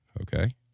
Okay